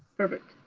perfect,